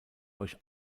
euch